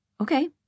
Okay